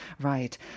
Right